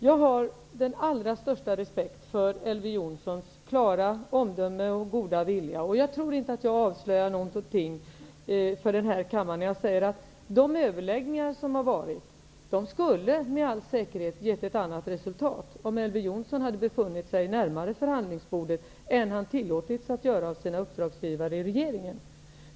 Jag har den allra största respekt för Elver Jonssons klara omdöme och goda vilja, och jag tror inte att jag avslöjar någonting för kammaren när jag säger att de överläggningar som har varit skulle med all säkerhet ha givit ett annat resultat, om Elver Jonsson hade befunnit sig närmare förhandlingsbordet än han tillåtits vara av sina uppdragsgivare i regeringen.